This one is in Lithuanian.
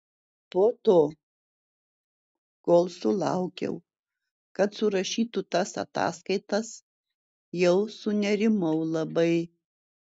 po to kol sulaukiau kad surašytų tas ataskaitas jau sunerimau labai